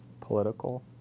Political